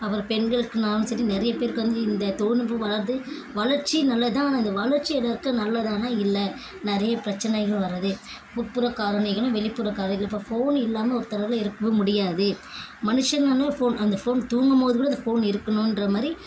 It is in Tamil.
அப்புறம் பெண்களுக்குனாலும் சரி நிறைய பேருக்கு வந்து இந்த தொழில்நுட்பம் வளர்கிறது வளர்ச்சி நல்லது தான் ஆனால் இந்த வளர்ச்சி எல்லோருக்கும் நல்லதான்னா இல்லை நிறைய பிரச்சினைகளும் வருது உட்புறக்காரணிகளும் வெளிப்புறக்காரணிகள் இப்போ ஃபோன் இல்லாமல் ஒருத்தரால் இருக்கவே முடியாது மனுஷங்கன்னாலே ஃபோன் அந்த ஃபோன் தூங்கும் போது கூட அந்த ஃபோன் இருக்கணும்ற மாதிரி